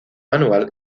manual